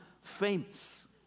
famous